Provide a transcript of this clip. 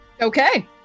Okay